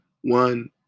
one